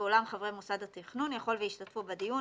ואולם חברי מוסד התכנון יכול וישתתפו בדיון